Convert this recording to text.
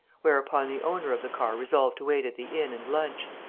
whereupon the owner of the car resolved to wait at the inn and lunch.